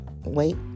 wait